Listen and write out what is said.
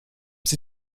sie